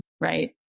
right